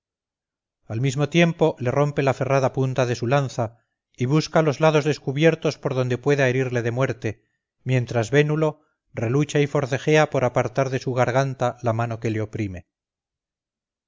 al mismo tiempo le rompe la ferrada punta de su lanza y busca los lados descubiertos por donde pueda herirle de muerte mientras vénulo relucha y forcejea por apartar de su garganta la mano que le oprime